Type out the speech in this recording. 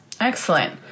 Excellent